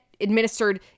administered